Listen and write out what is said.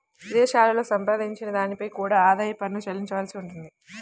విదేశాలలో సంపాదించిన దానిపై కూడా ఆదాయ పన్ను చెల్లించవలసి ఉంటుంది